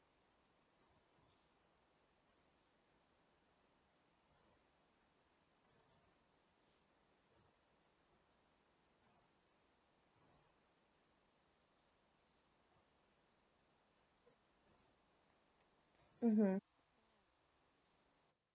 mmhmm